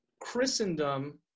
Christendom